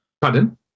Pardon